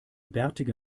bärtige